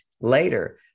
later